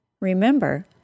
Remember